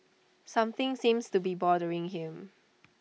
something seems to be bothering him